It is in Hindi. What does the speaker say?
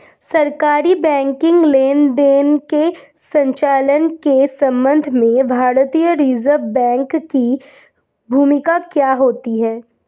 सरकारी बैंकिंग लेनदेनों के संचालन के संबंध में भारतीय रिज़र्व बैंक की भूमिका क्या होती है?